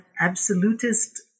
absolutist